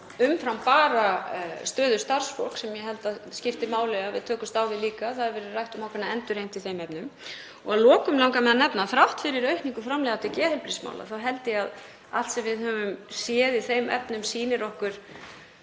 umfram bara stöðu starfsfólks sem ég held að skipti máli að við tökumst á við líka. Það hefur verið rætt um ákveðna endurheimt í þeim efnum. Að lokum langar mig að nefna að þrátt fyrir aukningu framlaga til geðheilbrigðismála þá held ég að allt sem við höfum séð í þeim efnum sýni okkur